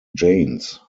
janes